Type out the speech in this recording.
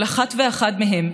כל אחד ואחת מהם,